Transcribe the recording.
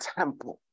temple